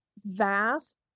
vast